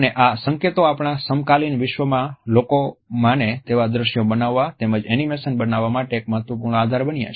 અને આ સંકેતો આપણા સમકાલીન વિશ્વમાં લોકો માને તેવા દ્રશ્યો બનાવવા તેમજ એનિમેશન બનાવવા માટે એક મહત્વપૂર્ણ આધાર બન્યા છે